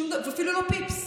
אפילו לא פיפס,